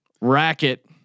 racket